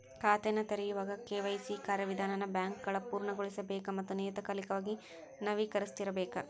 ಖಾತೆನ ತೆರೆಯೋವಾಗ ಕೆ.ವಾಯ್.ಸಿ ಕಾರ್ಯವಿಧಾನನ ಬ್ಯಾಂಕ್ಗಳ ಪೂರ್ಣಗೊಳಿಸಬೇಕ ಮತ್ತ ನಿಯತಕಾಲಿಕವಾಗಿ ನವೇಕರಿಸ್ತಿರಬೇಕ